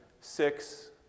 six